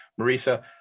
Marisa